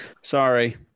Sorry